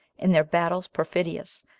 in their battles perfidious,